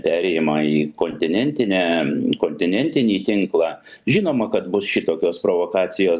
perėjimą į kontinentinę į kontinentinį tinklą žinoma kad bus šitokios provokacijos